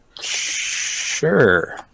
Sure